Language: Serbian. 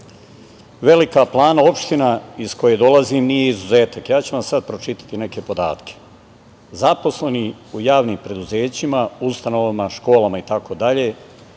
pet. Velika Plana, opština iz koje dolazim, nije izuzetak. Ja ću vam sada pročitati neke podatke: zaposleni u javnim preduzećima, ustanovama, školama itd.